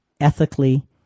ethically